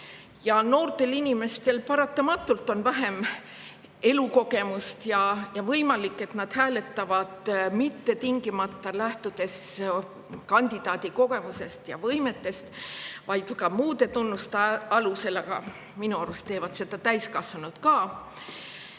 Noortel inimestel on paratamatult vähem elukogemust ja võimalik, et nad hääletavad mitte tingimata lähtudes kandidaadi kogemusest ja võimetest, vaid ka muude tunnuste alusel, aga minu arust teevad seda ka täiskasvanud.